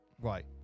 Right